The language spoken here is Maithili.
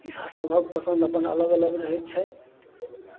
ई सभक पसन्द अपन अलग अलग रहैत छै